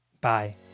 Bye